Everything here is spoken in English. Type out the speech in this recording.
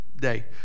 day